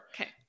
Okay